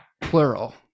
plural